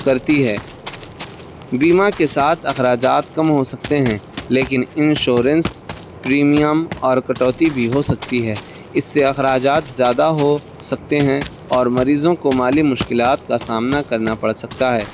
کرتی ہے بیمہ کے ساتھ اخراجات کم ہو سکتے ہیں لیکن انشورنس پریمیم اور کٹوتی بھی ہو سکتی ہے اس سے اخراجات زیادہ ہو سکتے ہیں اور مریضوں کو مالی مشکلات کا سامنا کرنا پڑ سکتا ہے